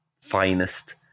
finest